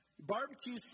barbecue